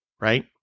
right